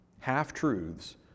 half-truths